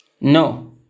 no